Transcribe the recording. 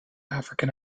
african